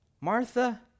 Martha